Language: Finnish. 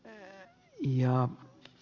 venäjä ja